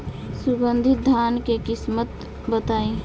सुगंधित धान के किस्म बताई?